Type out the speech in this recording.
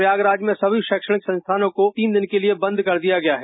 प्रयागराज में सभी रोक्षणिक संस्थानों को तीन दिनों के लिए बंद कर दिया गया है